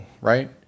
right